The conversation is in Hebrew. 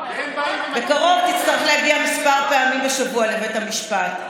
בקרוב תצטרך להגיע כמה פעמים בשבוע לבית המשפט.